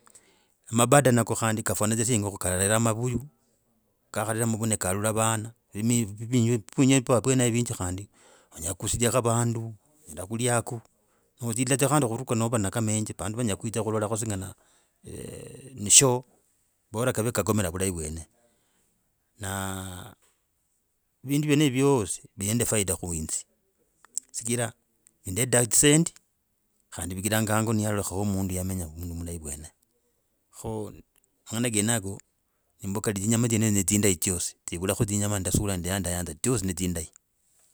Mabada nako khandi kafwana dzya sye ingokho. Kalarera mavuyu kakhalera mavuyu ni kahalula avana, viminywi vinyinji khandi anyela khukusia vandu. Onyela kuliaku, no odzilila dza khandi khuruka nova nako amenji. Vandu vanyela khwitsakho kulola singane ni show bora kave kakomela vulahi vwene. Na vindu vyenevyo vyosi vi nende efaida khuinze chigaraa vimbeza zisendi khandi vigiraa hango alolekha mundu yamenya mundu mulahi mwene kho tsimboka. Tsinyama tsienteso ne zindeyi dzyosi, tsivulako tsinyama dzya ndasura nende ya ndayanza, dzyosi netsinda.